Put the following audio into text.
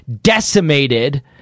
decimated